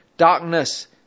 darkness